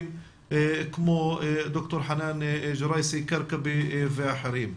כמו ד"ר חנאן ג'ראייסי-כרכבי ואחרים.